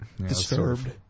Disturbed